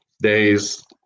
days